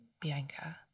Bianca